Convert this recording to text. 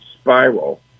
spiral